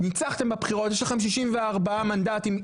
ניצחתם בבחירות יש לכם 64 מנדטים,